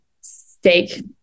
steak